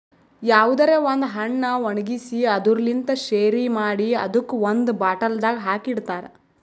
ಯಾವುದರೆ ಒಂದ್ ಹಣ್ಣ ಒಣ್ಗಿಸಿ ಅದುರ್ ಲಿಂತ್ ಶೆರಿ ಮಾಡಿ ಅದುಕ್ ಒಂದ್ ಬಾಟಲ್ದಾಗ್ ಹಾಕಿ ಇಡ್ತಾರ್